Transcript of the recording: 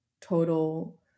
total